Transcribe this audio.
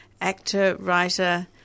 actor-writer